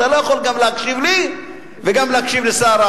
אתה לא יכול גם להקשיב לי וגם להקשיב לשר,